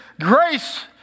grace